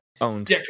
owns